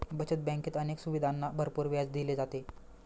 बचत बँकेत अनेक सुविधांना भरपूर व्याज दिले जाते